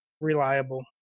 reliable